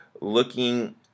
Looking